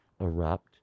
erupt